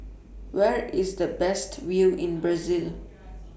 Where IS The Best View in Brazil